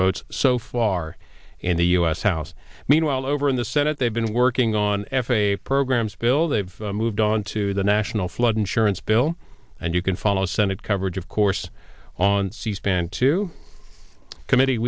votes so far in the u s house meanwhile over in the senate they've been working on f a a programs bill they've moved on to the national flood insurance bill and you can follow senate coverage of course on c span to committee